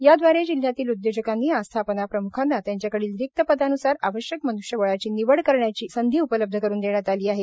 याद्वारे जिल्हयातील उद्योजकांनी आस्थापना प्रम्खांना त्यांच्याकडील रिक्त पदान्सार आवश्यक मन्ष्यबळाची निवड करण्याची उपलब्ध करून देण्यात आली आहे